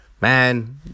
Man